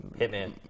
Hitman